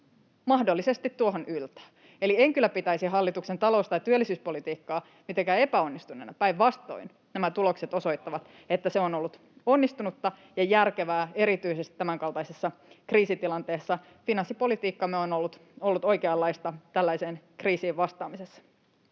mahdollisesti tuohon yltää. Eli en kyllä pitäisi hallituksen talous- tai työllisyyspolitiikkaa mitenkään epäonnistuneena, päinvastoin. Nämä tulokset osoittavat, että se on ollut onnistunutta ja järkevää erityisesti tämänkaltaisessa kriisitilanteessa. Finanssipolitiikkamme on ollut oikeanlaista tällaiseen kriisiin vastaamisessa.